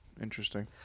interesting